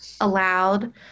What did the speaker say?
allowed